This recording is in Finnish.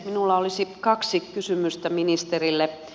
minulla olisi kaksi kysymystä ministerille